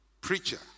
preacher